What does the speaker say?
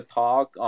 talk